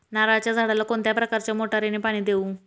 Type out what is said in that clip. नारळाच्या झाडाला कोणत्या प्रकारच्या मोटारीने पाणी देऊ?